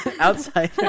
Outside